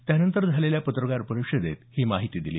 त्यानंतर झालेल्या पत्रकार परिषदेत त्यांनी ही माहिती दिली